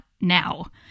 now